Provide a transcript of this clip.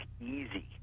easy